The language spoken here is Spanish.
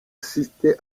asiste